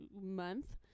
month